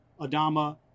adama